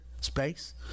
space